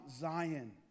Zion